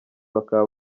bakaba